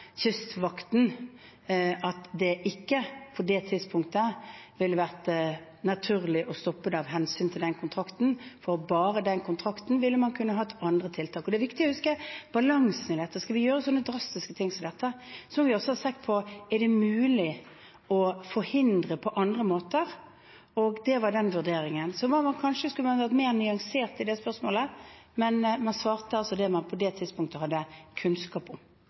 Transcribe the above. kystvakten – at det da ikke ville vært naturlig å stoppe det av hensyn til den kontrakten. For bare den kontrakten ville man kunnet ha andre tiltak. Det er viktig å huske balansen i dette. Skal vi gjøre drastiske ting som dette, må vi også ha sett på om det er mulig å forhindre det på andre måter, og det var den vurderingen. Kanskje skulle man vært mer nyansert i det spørsmålet, men man svarte altså det man på det tidspunktet hadde kunnskap om.